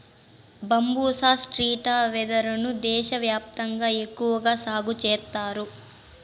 బంబూసా స్త్రిటా వెదురు ను దేశ వ్యాప్తంగా ఎక్కువగా సాగు చేత్తారు